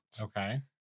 Okay